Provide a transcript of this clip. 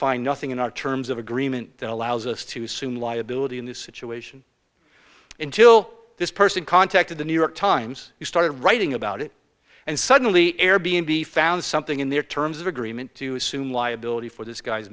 find nothing in our terms of agreement that allows us to assume liability in this situation until this person contacted the new york times you started writing about it and suddenly air b n b found something in their terms of agreement to assume liability for this guy's